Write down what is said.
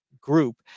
group